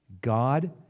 God